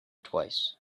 twice